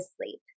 sleep